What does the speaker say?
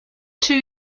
two